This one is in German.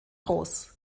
groß